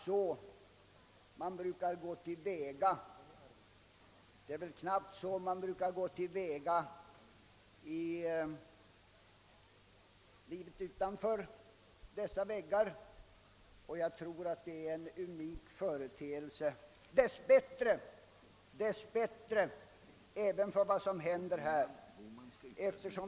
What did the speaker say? Så brukar man knappast gå till väga i livet utanför dessa väggar, och jag tror att det dess bättre är en unik företeelse även i detta hus.